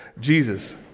Jesus